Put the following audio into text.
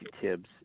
Tibbs